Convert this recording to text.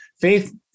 Faith